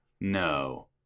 No